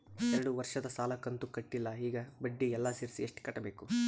ಎರಡು ವರ್ಷದ ಸಾಲದ ಕಂತು ಕಟ್ಟಿಲ ಈಗ ಬಡ್ಡಿ ಎಲ್ಲಾ ಸೇರಿಸಿ ಎಷ್ಟ ಕಟ್ಟಬೇಕು?